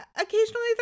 occasionally